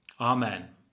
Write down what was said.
Amen